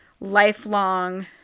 lifelong